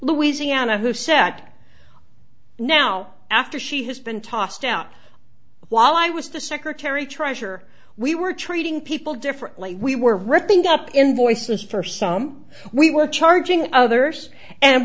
louisiana who said jack now after she has been tossed out while i was the secretary treasurer we were treating people differently we were ripping up invoices for some we were charging others and